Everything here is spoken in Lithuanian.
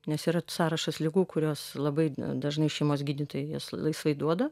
nes yra sąrašas ligų kurios labai dažnai šeimos gydytojai jas laisvai duoda